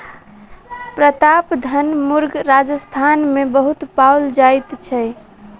प्रतापधन मुर्ग राजस्थान मे बहुत पाओल जाइत छै